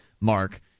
mark